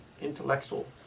intellectual